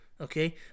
okay